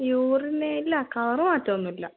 യൂറിന് ഇല്ല കളർ മാറ്റമൊന്നുമില്ല